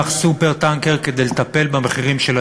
"סופר-טנקר" כדי לטפל במחירים של הדיור.